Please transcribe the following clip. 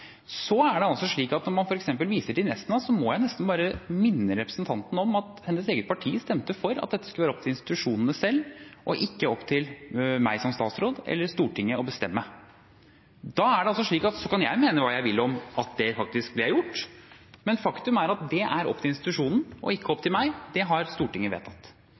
Så er det altså slik at når man f.eks. viser til Nesna, må jeg nesten bare minne representanten om at hennes eget parti stemte for at dette skulle det være opp til institusjonene selv, ikke opp til meg som statsråd eller Stortinget å bestemme. Da kan jeg mene hva jeg vil om at det faktisk ble gjort, men faktum er at det er opp til institusjonen og ikke opp til meg. Det har Stortinget vedtatt,